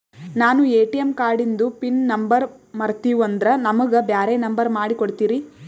ನಾನು ಎ.ಟಿ.ಎಂ ಕಾರ್ಡಿಂದು pin number ಮರತೀವಂದ್ರ ನಮಗ ಬ್ಯಾರೆ ನಂಬರ್ ಮಾಡಿ ಕೊಡ್ತೀರಿ?